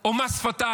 או מס שפתיים?